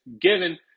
given